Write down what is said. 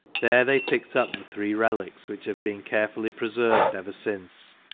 there they picked up the three relics, which have been carefully preserved ever since.